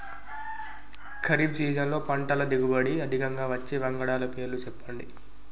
ఖరీఫ్ సీజన్లో పంటల దిగుబడి అధికంగా వచ్చే వంగడాల పేర్లు చెప్పండి?